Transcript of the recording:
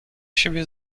siebie